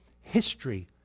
history